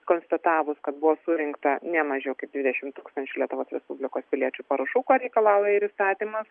konstatavus kad buvo surinkta ne mažiau kaip dvidešim tūkstančių lietuvos respublikos piliečių parašų ko reikalauja ir įstatymas